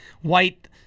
white